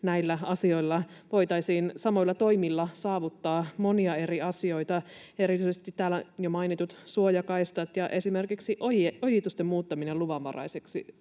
Näillä asioilla voitaisiin samoilla toimilla saavuttaa monia eri asioita. Erityisesti täällä jo mainitut suojakaistat ja esimerkiksi ojitusten muuttaminen luvanvaraisiksi